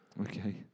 Okay